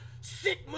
Sick